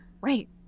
right